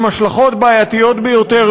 עם השלכות בעייתיות ביותר,